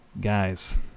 Guys